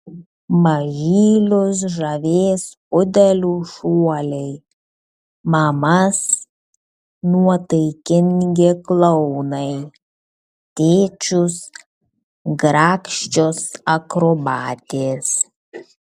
mažylius žavės pudelių šuoliai mamas nuotaikingi klounai tėčius grakščios akrobatės